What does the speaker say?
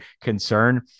concern